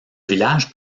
village